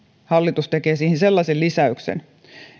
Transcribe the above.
hallitus tekee siihen sellaisen lisäyksen